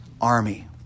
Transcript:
army